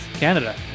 canada